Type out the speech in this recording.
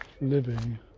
living